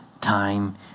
time